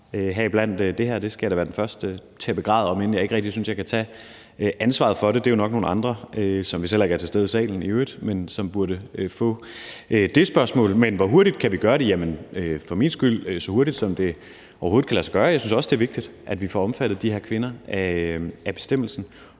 heriblandt det her. Det skal jeg da være den første til at begræde, om end jeg ikke rigtig synes, jeg kan tage ansvaret for det. Det er jo nok nogle andre, som vist i øvrigt heller ikke er til stede i salen, der burde få det spørgsmål. Hvor hurtigt kan vi gøre det? Jamen for min skyld, så hurtigt som det overhovedet kan lade sig gøre. Jeg synes også, det er vigtigt, at vi får omfattet de her kvinder af bestemmelsen